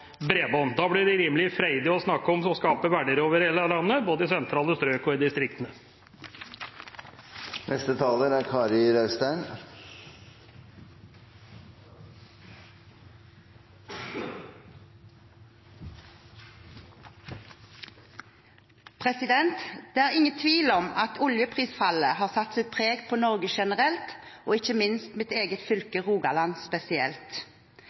bredbånd. Da blir det rimelig freidig å snakke om å skape verdier over hele landet, både i sentrale strøk og i distriktene. Det er ingen tvil om at oljeprisfallet har satt sitt preg på Norge generelt og ikke minst på mitt eget fylke, Rogaland, spesielt.